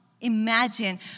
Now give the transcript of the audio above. imagine